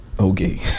Okay